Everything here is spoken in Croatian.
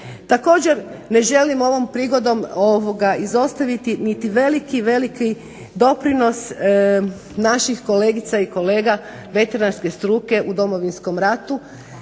Također, ne želim ovom prigodom izostaviti niti veliki, veliki doprinos naših kolegica i kolega veterinarske struke u Domovinskom ratu.